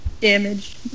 Damage